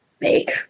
make